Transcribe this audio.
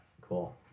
Cool